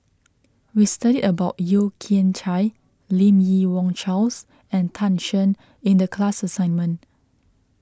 we studied about Yeo Kian Chai Lim Yi Yong Charles and Tan Shen in the class assignment